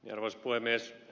arvoisa puhemies